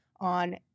on